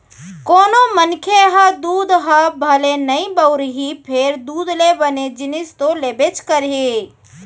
कोनों मनखे ह दूद ह भले नइ बउरही फेर दूद ले बने जिनिस तो लेबेच करही